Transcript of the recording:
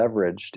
leveraged